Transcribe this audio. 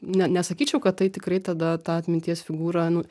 ne nesakyčiau kad tai tikrai tada tą atminties figūrą nu